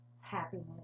happiness